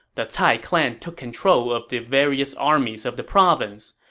the cai clan took control of the various armies of the province.